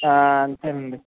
అంతేనండి